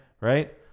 Right